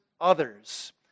others